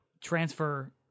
transfer